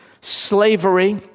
slavery